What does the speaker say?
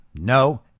No